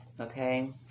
Okay